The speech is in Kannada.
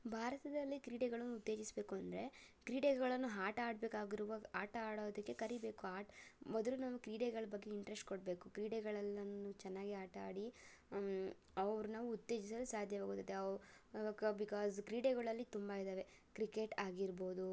ಭಾರತದಲ್ಲಿ ಕ್ರೀಡೆಗಳನ್ನ ಉತ್ತೇಜಿಸಬೇಕು ಅಂದರೆ ಕ್ರೀಡೆಗಳನ್ನು ಆಟ ಆಡಬೇಕಾಗಿರುವ ಆಟ ಆಡೋದಕ್ಕೆ ಕರೀಬೇಕು ಆಟ ಮೊದಲು ನಾವು ಕ್ರೀಡೆಗಳ ಬಗ್ಗೆ ಇಂಟ್ರೆಸ್ಟ್ ಕೊಡಬೇಕು ಕ್ರೀಡೆಗಳೆಲ್ಲನೂ ಚೆನ್ನಾಗಿ ಆಟ ಆಡಿ ಅವರ್ನ ಉತ್ತೇಜಿಸಲು ಸಾಧ್ಯವಾಗುತ್ತದೆ ಅವು ಆವಾಗ ಬಿಕಾಸ್ ಕ್ರೀಡೆಗಳಲ್ಲಿ ತುಂಬ ಇದ್ದಾವೆ ಕ್ರಿಕೆಟ್ ಆಗಿರ್ಬೋದು